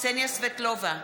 קסניה סבטלובה,